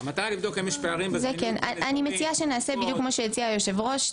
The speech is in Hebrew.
אני מציעה שנעשה בדיוק כמו שהציע היושב ראש,